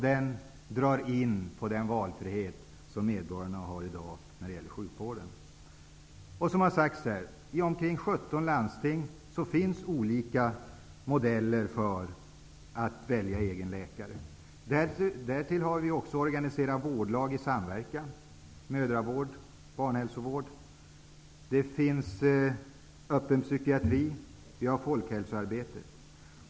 Man drar in på den valfrihet som medborgarna i dag har när det gäller sjukvården. I omkring 17 landsting finns -- det har sagts tidigare här i dag -- olika modeller för att välja egen läkare. Därtill kommer att vi också har organiserat vårdlag i samverkan -- mödravård, barnahälsovård. Det finns vidare öppen psykiatri, och vi har folkhälsoarbetet.